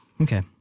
Okay